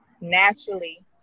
naturally